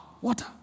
water